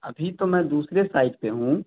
ابھی تو میں دوسرے سائٹ پہ ہوں